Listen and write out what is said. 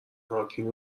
هاوکینگ